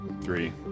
Three